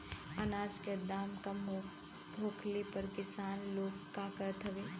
अनाज क दाम कम होखले पर किसान लोग का करत हवे?